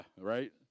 right